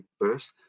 first